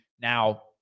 Now